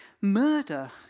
Murder